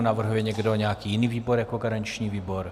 Navrhuje někdo nějaký jiný výbor jako garanční výbor?